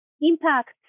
impact